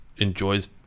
enjoys